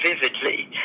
vividly